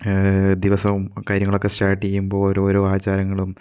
ദിവസവും കാര്യങ്ങളൊക്കെ സ്റ്റാർട്ട് ചെയ്യുമ്പോൾ ഓരോരോ ആചാരങ്ങളും